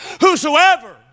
whosoever